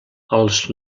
els